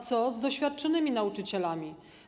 Co z doświadczonymi nauczycielami?